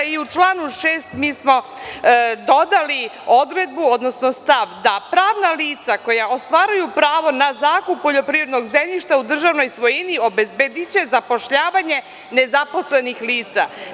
U članu 6. mi smo dodali stav da pravna lica koja ostvaruju pravo na zakup poljoprivrednog zemljišta u državnoj svojini obezbediće zapošljavanje nezaposlenih lica.